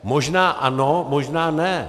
Možná ano, možná ne.